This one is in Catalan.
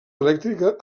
elèctrica